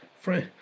friend